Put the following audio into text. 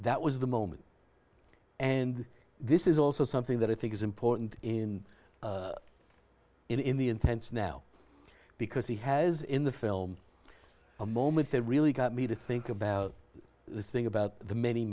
was the moment and this is also something that i think is important in in the intense now because he has in the film a moment they really got me to think about this thing about the many